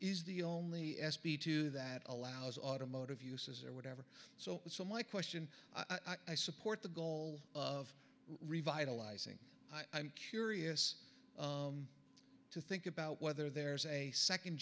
is the only s b two that allows automotive uses or whatever so so my question i support the goal of revitalizing i'm curious to think about whether there's a second